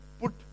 Put